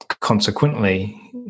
Consequently